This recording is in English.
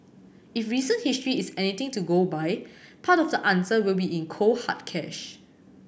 if recent history is anything to go by part of the answer will be in cold hard cash